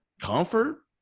Comfort